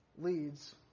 leads